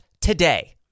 today